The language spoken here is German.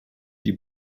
die